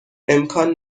امکان